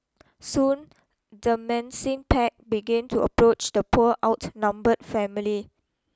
soon the mencing pack began to approach the poor outnumbered family